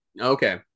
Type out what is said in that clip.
Okay